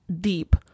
Deep